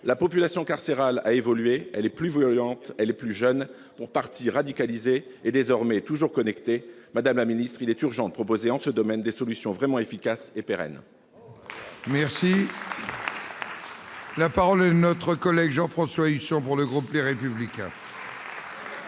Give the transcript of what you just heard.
La population carcérale a évolué ; elle est plus violente, plus jeune, pour partie radicalisée et désormais toujours connectée. Madame la garde des sceaux, il est urgent de proposer dans ce domaine des solutions vraiment efficaces et pérennes. La parole est à M. Jean-François Husson, pour le groupe Les Républicains.